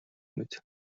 мэд